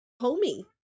homey